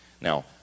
Now